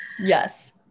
Yes